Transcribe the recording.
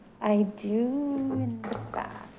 i do back